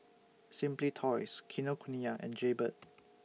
Simply Toys Kinokuniya and Jaybird